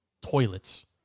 toilets